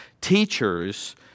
teachers